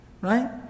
Right